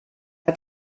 hat